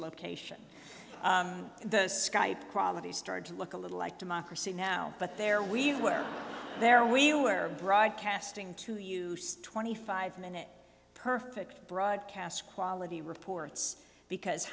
location in the skype qualities started to look a little like democracy now but there we were there we were broadcasting to use twenty five minute perfect broadcast quality reports because